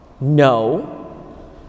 No